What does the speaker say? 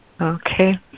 Okay